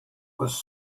was